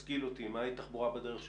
תשכיל אותי, מה היא "תחבורה בדרך שלנו"?